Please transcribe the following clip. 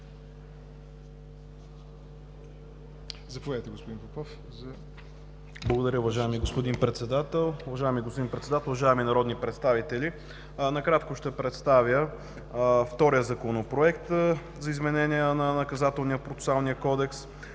Председател. Уважаеми господин Председател, уважаеми народни представители! Накратко ще представя втория Законопроект за изменение на Наказателно-процесуалния кодекс,